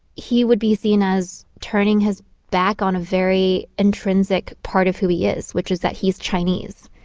he would be seen as turning his back on a very intrinsic part of who he is, which is that he's chinese